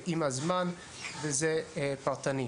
וזה עובר